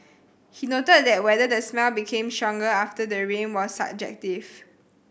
he noted that whether the smell became stronger after the rain was subjective